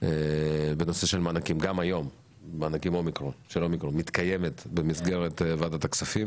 בנושא של מענקים גם היום מתקיימת במסגרת ועדת הכספים,